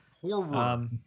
horror